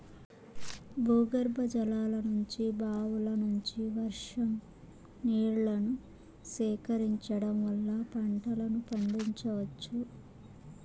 భూగర్భజలాల నుంచి, బావుల నుంచి, వర్షం నీళ్ళను సేకరించడం వల్ల పంటలను పండించవచ్చు